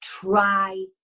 try